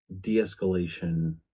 de-escalation